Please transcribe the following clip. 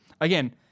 Again